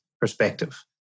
perspective